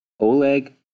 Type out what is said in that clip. Oleg